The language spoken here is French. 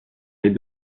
les